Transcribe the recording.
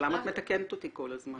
אז למה את מתקנת אותי כל הזמן?